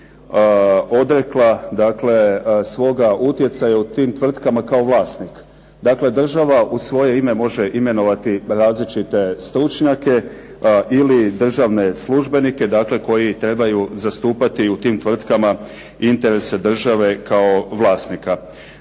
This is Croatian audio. odrekla svoga utjecaja u tim tvrtkama kao vlasnik. Dakle, država u svoje ime može imenovati različite stručnjake ili državne službenike koji trebaju zastupati u tim tvrtkama interese države kao vlasnika.